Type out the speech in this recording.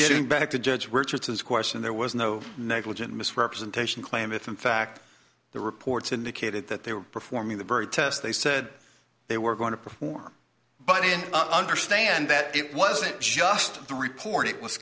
getting back to judge were to this question there was no negligent misrepresentation claim if in fact the reports indicated that they were performing the bird tests they said they were going to perform but in understand that it wasn't just the report it was